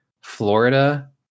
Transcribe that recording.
Florida